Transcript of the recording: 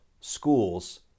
schools